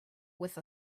with